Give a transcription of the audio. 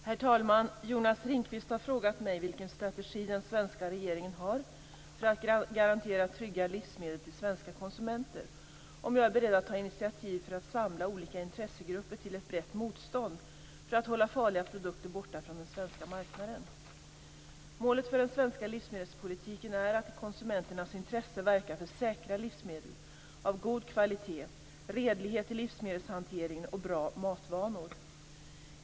Herr talman! Jonas Ringqvist har frågat mig vilken strategi den svenska regeringen har för att garantera trygga livsmedel till svenska konsumenter och om jag är beredd att ta initiativ för att samla olika intressegrupper till ett brett motstånd för att hålla farliga produkter borta från den svenska marknaden. Målet för den svenska livsmedelspolitiken är att i konsumenternas intresse verka för säkra livsmedel av god kvalitet, redlighet i livsmedelshanteringen och bra matvanor.